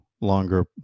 longer